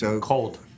Cold